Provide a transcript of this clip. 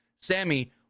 Sammy